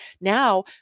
Now